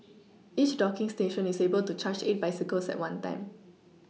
each docking station is able to charge eight bicycles at one time